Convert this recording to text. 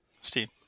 Steve